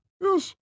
Yes